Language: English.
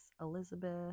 Elizabeth